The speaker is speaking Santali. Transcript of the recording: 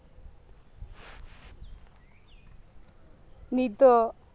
ᱱᱤᱛ ᱫᱚ